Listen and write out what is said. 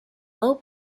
low